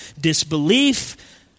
disbelief